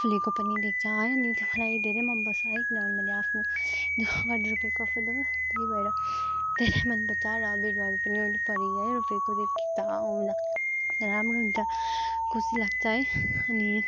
फुलेको पनि देख्छ है त्यो मलाई धेरै मन पर्छ है किनभने आफ्नो दु ख गरेर रोपेको फुल हो त्यही भएर धेरै मन पर्छ र बिरुवाहरू पनि है रोपेको देख्दा राम्रो हुन्छ खुसी लाग्छ है अनि